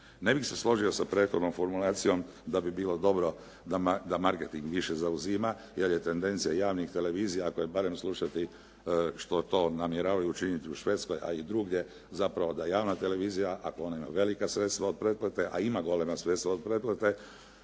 Ne bih se složio sa prethodnom formulacijom da bi bilo dobro da marketing više zauzima jer je tendencija javnih televizija ako je barem slušati što to namjeravaju učiniti u Švedskoj, a i drugdje, zapravo da javna televizija, ako ona ima velika sredstva od pretplate, a ima golema sredstva od pretplate